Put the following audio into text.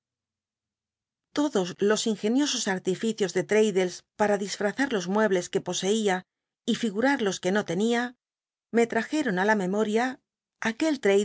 todos los ingeniosos artificios de fraddles para disfrazar los muebles que poseía y figurm los que no tenia me trajeron i la memoria